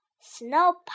Snow